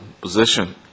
position